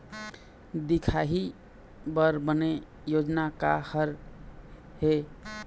दिखाही बर बने योजना का हर हे?